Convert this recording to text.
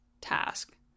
task